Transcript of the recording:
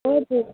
airport